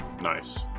nice